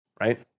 right